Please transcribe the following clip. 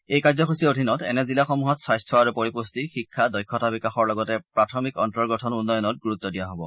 এই কাৰ্যসূচীৰ অধীনত এনে জিলাসমূহত স্বাস্থ্য আৰু পৰিপুষ্টি শিক্ষা দক্ষতা বিকাশৰ লগতে প্ৰাথমিক অন্তৰ্গ্থন উন্নয়নত গুৰুত্ব দিয়া হ'ব